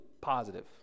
positive